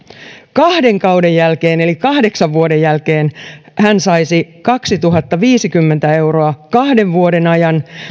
kahden kauden jälkeen eli kahdeksan vuoden jälkeen hän saisi kaksituhattaviisikymmentä euroa kahden vuoden ajan